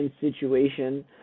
situation